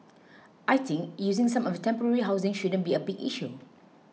I think using some of temporary housing shouldn't be a big issue